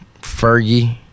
Fergie